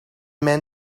mijn